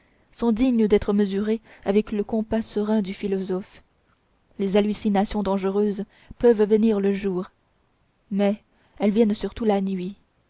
sont dignes d'être mesurées avec le compas serein du philosophe les hallucinations dangereuses peuvent venir le jour mais elles viennent surtout la nuit